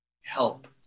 help